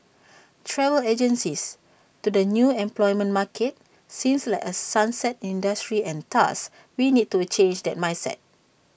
travel agencies to the new employment market seem like A 'sunset' industry and thus we need to change that mindset